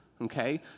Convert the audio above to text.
Okay